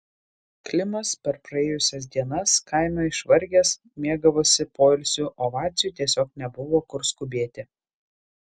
klimas per praėjusias dienas kaime išvargęs mėgavosi poilsiu o vaciui tiesiog nebuvo kur skubėti